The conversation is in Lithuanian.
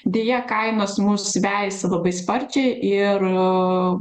deja kainos mus vejasi labai sparčiai ir